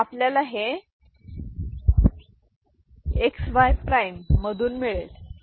आपल्याला हे X Y prime XY मधून मिळेल